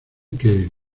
que